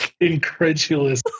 Incredulous